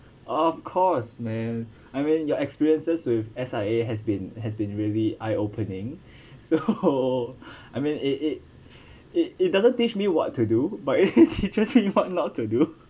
of course man I mean your experiences with S_I_A has been has been really eye opening so I mean it it it it doesn't teach me what to do but it really teaches me what not to do